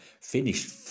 finished